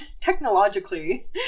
technologically